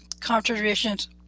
contributions